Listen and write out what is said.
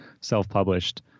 self-published